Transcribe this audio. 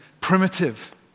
primitive